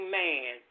man